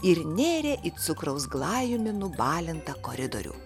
ir nėrė į cukraus glajumi nubalintą koridorių